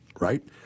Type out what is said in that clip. right